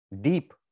deep